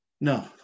No